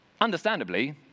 understandably